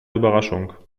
überraschung